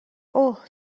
اوه